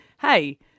hey